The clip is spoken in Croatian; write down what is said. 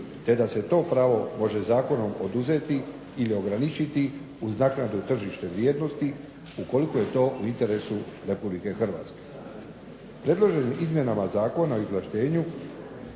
te da se to pravo može zakonom oduzeti ili ograničiti uz naknadu tržišne vrijednosti ukoliko je to u interesu RH. Predloženim izmjenama Zakona o izvlaštenju